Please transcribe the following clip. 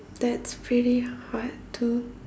that's pretty hard to